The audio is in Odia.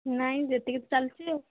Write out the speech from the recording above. ନାହିଁ ଯେତିକି ଚାଲିଛି ଆଉ